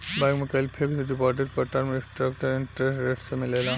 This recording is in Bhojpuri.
बैंक में कईल फिक्स्ड डिपॉज़िट पर टर्म स्ट्रक्चर्ड इंटरेस्ट रेट से मिलेला